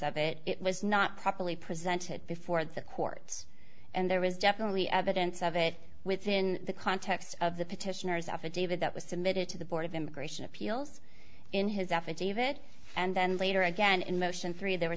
of it it was not properly presented before the courts and there was definitely evidence of it within the context of the petitioners affidavit that was submitted to the board of immigration appeals in his affidavit and then later again in motion three there were